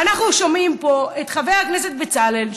ואנחנו שומעים פה את חבר הכנסת בצלאל,